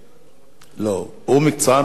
לא, הוא מקצוען בתחום החוץ.